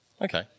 Okay